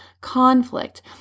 conflict